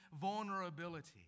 vulnerability